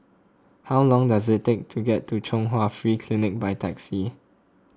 how long does it take to get to Chung Hwa Free Clinic by taxi